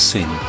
Sin